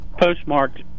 postmarked